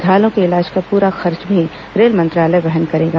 घायलों के इलाज का पूरा खर्च भी रेल मंत्रालय वहन करेगा